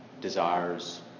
desires